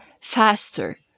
faster